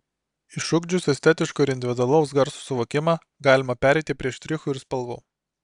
išugdžius estetiško ir individualaus garso suvokimą galima pereiti prie štrichų ir spalvų